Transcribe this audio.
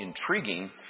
intriguing